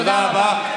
תודה רבה.